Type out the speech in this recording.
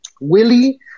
Willie